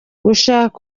gushaka